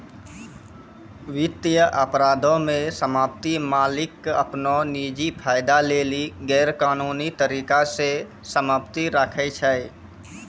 वित्तीय अपराधो मे सम्पति मालिक अपनो निजी फायदा लेली गैरकानूनी तरिका से सम्पति राखै छै